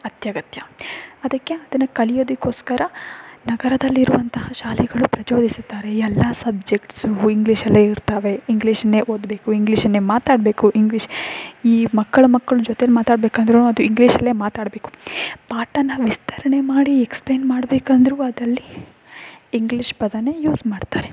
ಅತ್ಯಗತ್ಯ ಅದಕ್ಕೆ ಅದನ್ನು ಕಲ್ಯೋದಕ್ಕೋಸ್ಕರ ನಗರದಲ್ಲಿರುವಂತಹ ಶಾಲೆಗಳು ಪ್ರಚೋದಿಸುತ್ತಾರೆ ಎಲ್ಲ ಸಬ್ಜೆಕ್ಟ್ಸು ಇಂಗ್ಲೀಷಲ್ಲೇ ಇರ್ತವೆ ಇಂಗ್ಲೀಷನ್ನೇ ಓದಬೇಕು ಇಂಗ್ಲೀಷನ್ನೇ ಮಾತಾಡಬೇಕು ಇಂಗ್ಲೀಷ್ ಈ ಮಕ್ಕಳು ಮಕ್ಕಳು ಜೊತೇಲಿ ಮಾತಾಡ್ಬೇಕು ಅಂದರೂ ಅದು ಇಂಗ್ಲೀಷಲ್ಲೇ ಮಾತಾಡಬೇಕು ಪಾಠನ ವಿಸ್ತರಣೆ ಮಾಡಿ ಎಕ್ಸ್ಪ್ಲೇನ್ ಮಾಡ್ಬೇಕು ಅಂದರೂ ಅದಲ್ಲಿ ಇಂಗ್ಲೀಷ್ ಪದಾನೇ ಯೂಸ್ ಮಾಡ್ತಾರೆ